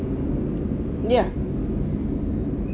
yeah